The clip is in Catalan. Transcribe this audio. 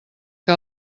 que